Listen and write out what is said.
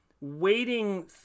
waiting